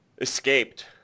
escaped